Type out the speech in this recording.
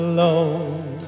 Alone